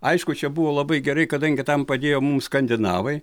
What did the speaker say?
aišku čia buvo labai gerai kadangi tam padėjo mums skandinavai